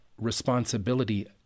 responsibility